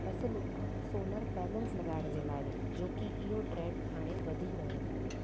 facility solar panels लॻाइण जे लाइ जोकी इहो ट्रैंड हाणे वधी रहियो आहे